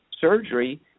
surgery